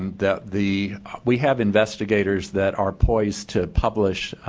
and that the we have investigators that are poised to publish